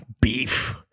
Beef